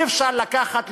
אי-אפשר לקחת,